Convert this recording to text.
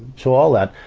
so all that,